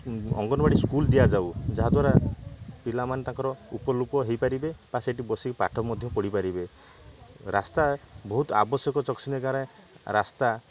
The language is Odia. ଅଙ୍ଗନବାଡ଼ି ସ୍କୁଲ୍ ଦିଆଯାଉ ଯାହାଦ୍ଵାରା ପିଲାମାନେ ତାଙ୍କର ଉପଲୁପ ହେଇପାରିବେ ବା ସେଠି ବସିକି ପାଠ ମଧ୍ୟ ପଢ଼ିପାରିବେ ରାସ୍ତା ବହୁତ ଆବଶ୍ୟକ ଚକସିନ୍ଦିଆ ଗାଁରେ ରାସ୍ତା